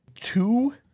two